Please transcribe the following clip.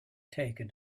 taken